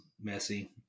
messy